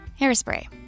hairspray